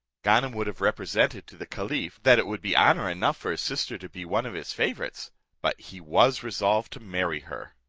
ganem would have represented to the caliph, that it would be honour enough for his sister to be one of his favourites but he was resolved to marry her.